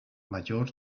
mayor